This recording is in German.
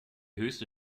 höchste